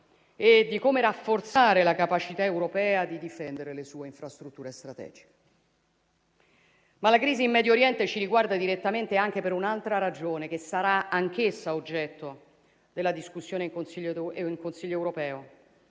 e di come rafforzare la capacità europea di difendere le sue infrastrutture strategiche. Ma la crisi in Medio Oriente ci riguarda direttamente anche per un'altra ragione, che sarà anch'essa oggetto della discussione in Consiglio europeo.